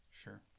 sure